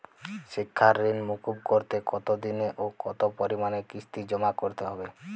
শিক্ষার ঋণ মুকুব করতে কতোদিনে ও কতো পরিমাণে কিস্তি জমা করতে হবে?